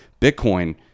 bitcoin